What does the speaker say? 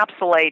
encapsulate